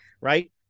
right